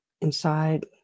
inside